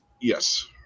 Yes